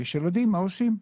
יש ילדים, מה עושים?